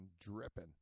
dripping